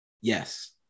yes